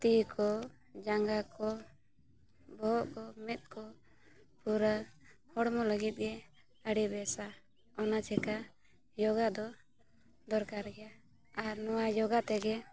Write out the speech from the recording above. ᱛᱤ ᱠᱚ ᱡᱟᱸᱜᱟ ᱠᱚ ᱵᱚᱦᱚᱜ ᱠᱚ ᱢᱮᱸᱫ ᱠᱚ ᱯᱩᱨᱟᱹ ᱦᱚᱲᱢᱚ ᱞᱟᱹᱜᱤᱫᱼᱜᱮ ᱟᱹᱰᱤ ᱵᱮᱥᱟ ᱚᱱᱟ ᱪᱤᱠᱟᱹ ᱡᱳᱜᱟ ᱫᱚ ᱫᱚᱨᱠᱟᱨ ᱜᱮᱭᱟ ᱟᱨ ᱱᱚᱣᱟ ᱡᱳᱜᱟ ᱛᱮᱜᱮ